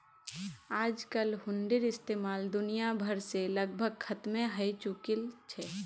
आजकल हुंडीर इस्तेमाल दुनिया भर से लगभग खत्मे हय चुकील छ